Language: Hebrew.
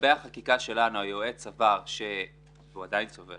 לגבי החקיקה שלנו, היועץ סבר והוא עדיין סובר